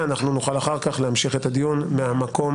נוכל אחר כך להמשיך את הדיון מהמקום